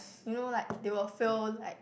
you know like they will feel like